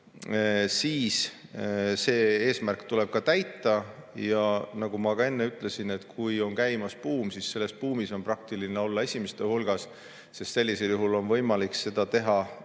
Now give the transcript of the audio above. siis see eesmärk tuleb ka täita. Nagu ma ka enne ütlesin: kui on käimas buum, siis selles buumis on praktiline olla esimeste hulgas, sest sellisel juhul on võimalik seda teha